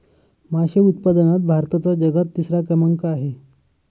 मासे उत्पादनात भारताचा जगात तिसरा क्रमांक आहे